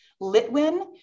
Litwin